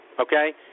okay